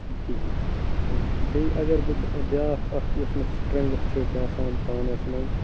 کِہیٖنۍ بیٚیہِ اَگر بہٕ بہٕ بیٛاکھ اَکھ یۄس مےٚ سٕٹرَنٛگٕتھ چھِ باسان پانَس منٛز